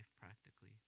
practically